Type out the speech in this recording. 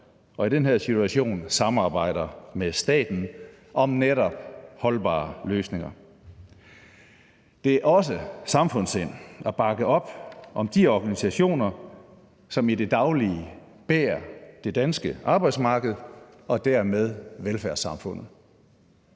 og i den her situation samarbejder med staten om netop holdbare løsninger. Det er også samfundssind at bakke op om de organisationer, som i det daglige bærer det danske arbejdsmarked og dermed velfærdssamfundet.